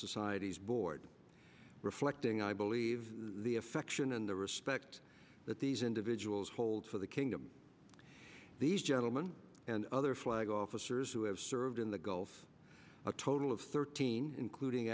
society's board reflecting i believe the affection and the respect that these individuals hold for the kingdom these gentlemen and other flag officers who have served in the gulf a total of thirteen including